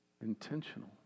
Intentional